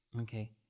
Okay